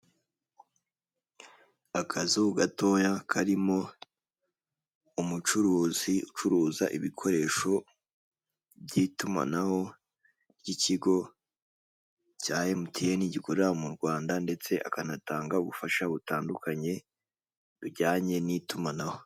Akazu gatoya karimo umucuruzi ucuruza ibikoresho by'itumanaho by'ikigo cya Emutiyene gikorera mu Rwanda ndetse akanatanga ubufasha butandukanye bujyanye n'itumanaho.